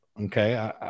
Okay